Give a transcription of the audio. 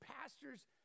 pastors